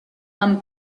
amb